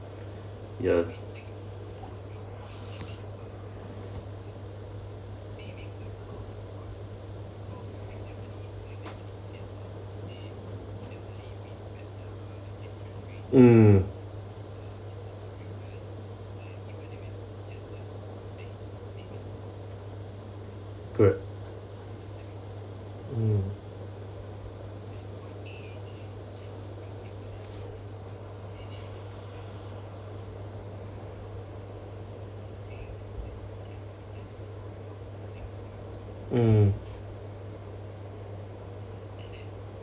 ya mm correct mm mm